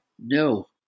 No